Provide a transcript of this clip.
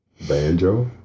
Banjo